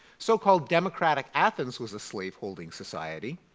so-called democratic athens was a slave holding society.